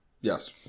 Yes